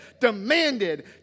demanded